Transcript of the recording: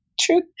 True